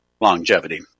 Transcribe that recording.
longevity